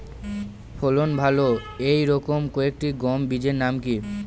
ফলন ভালো এই রকম কয়েকটি গম বীজের নাম কি?